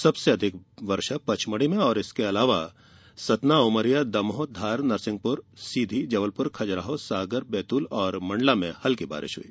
सबसे अधिक वर्षा पचमढ़ी में और इसके बाद सतना उमरिया दमोह धार नरसिंहपुर सीधी जबलपुर खजुराहो सागर बैतूल मंडला में हल्की बारिश हुई